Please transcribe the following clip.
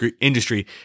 industry